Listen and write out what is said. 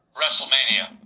WrestleMania